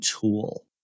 tool